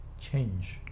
change